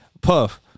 Puff